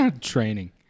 Training